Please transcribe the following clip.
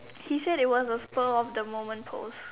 he said it was a spur of the moment post